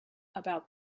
about